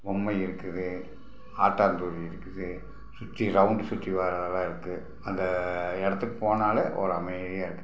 பொம்மை இருக்குது ஆட்டான்துாரி இருக்குது சுற்றி ரவுண்டு சுற்றி வரதெலாம் இருக்குது அந்த இடத்துக்கு போனாலும் ஒரு அமைதியாக இருக்கும்